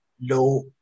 low